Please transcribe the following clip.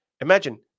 imagine